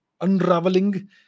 unraveling